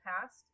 past